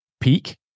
peak